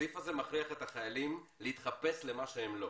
הסעיף הזה מכריח את החיילים להתחפש למה שהם לא,